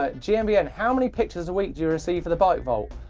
ah gmbn, how many pictures a week do you receive of the bike vault?